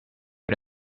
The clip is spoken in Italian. era